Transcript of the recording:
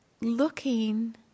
looking